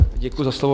Děkuji za slovo.